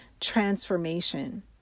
transformation